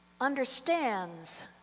understands